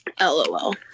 LOL